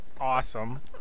awesome